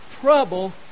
trouble